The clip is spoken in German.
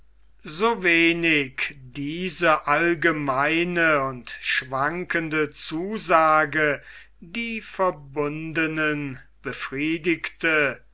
so wenig diese allgemeine und schwankende zusage die verbundenen befriedigte